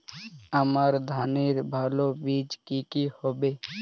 আমান ধানের ভালো বীজ কি কি হবে?